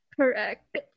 Correct